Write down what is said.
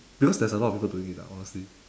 because there's a lot of people doing it lah honestly